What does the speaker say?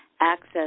access